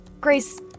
Grace